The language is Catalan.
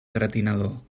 gratinador